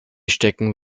stecken